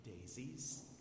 daisies